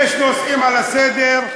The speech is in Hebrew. יש נושאים על סדר-היום,